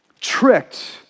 tricked